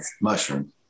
mushroom